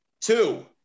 Two